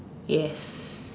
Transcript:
yes